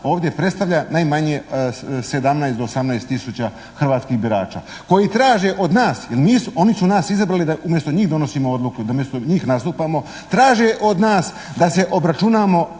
ovdje predstavlja najmanje 17 do 18 tisuća hrvatskih birača koji traže od nas, oni su nas izabrali da umjesto njih donosimo odluku, da umjesto njih nastupamo, traže od nas da se obračunamo